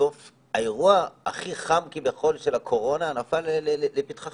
בסוף האירוע הכי חם כביכול של הקורונה נפל לפתחך.